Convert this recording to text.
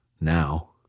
Now